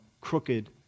crooked